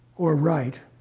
or right,